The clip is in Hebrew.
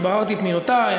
אני בררתי את מילותי.